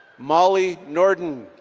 molly norton,